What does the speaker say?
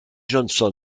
johnson